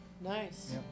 Nice